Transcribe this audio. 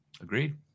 Agreed